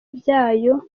byayo